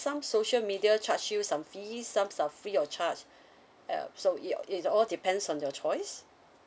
some social media charge you some fees some some free of charge ya so ya it's all depends on your choice